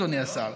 אדוני השר?